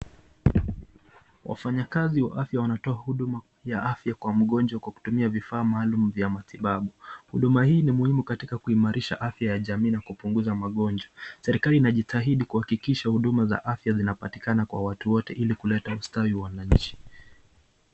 Wafanyikazi wa afya wanatoa huduma ya afya kwa mgonjwa kwa kutumia vifaa maalum vya matibabu, huduma hii ni muhimu katika kuimarisha afya ya jamii na kupunguza magonjwa, serikali inajitahidi kuhakikisha huduma za afya zinapatikana kwa watu wote ili kuleta ustawi wa wananchi.